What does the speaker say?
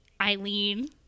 Eileen